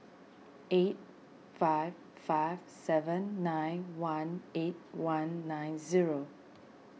eight five five seven nine one eight one nine zero